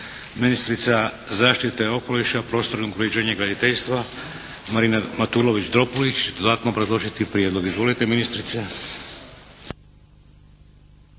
Ministrica zaštite okoliša, prostornog uređenja i graditeljstva Marina Matulović-Dropulić će dodatno obrazložiti prijedlog. Izvolite ministrice.